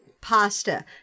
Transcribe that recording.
pasta